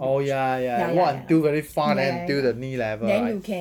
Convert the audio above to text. oh ya ya you walk until very far then until the knee level right